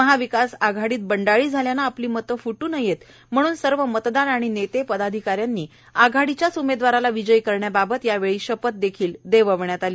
महाविकास आघाडीत बंडाळी झाल्याने आपली मते फ्टू नये म्हणून सर्व मतदार आणि नेते पदाधिकाऱ्यांनी आघाडीच्याच उमेदवाराला विजयी करण्याबाबत यावेळी शपथ देखील देववीण्यात आली